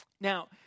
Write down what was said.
Now